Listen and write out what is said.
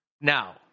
Now